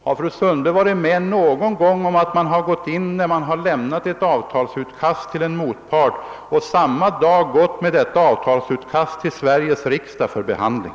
Har fru Sundberg varit med om att man samma dag som ett avtalsutkast förelegat har lagt fram detta avtalsutkast inför Sveriges riksdag för behandling?